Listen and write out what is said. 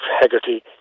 Hegarty